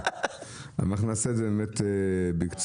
אנחנו נעשה את זה באמת בקצרה.